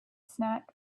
snack